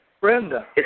Brenda